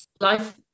life